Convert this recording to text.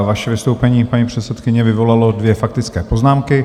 Vaše vystoupení, paní předsedkyně, vyvolalo dvě faktické poznámky.